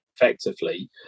effectively